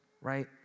right